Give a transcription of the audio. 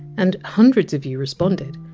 and hundreds of you responded,